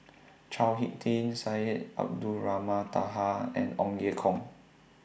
Chao Hick Tin Syed Abdulrahman Taha and Ong Ye Kung